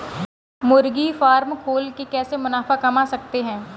मुर्गी फार्म खोल के कैसे मुनाफा कमा सकते हैं?